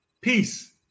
peace